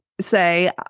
say